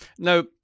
Now